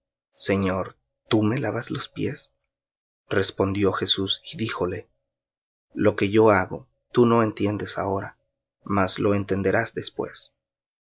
señor tú me lavas los pies respondió jesús y díjole lo que yo hago tú no entiendes ahora mas entenderás después